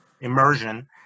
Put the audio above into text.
immersion